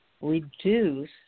reduce